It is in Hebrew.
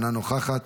אינה נוכחת,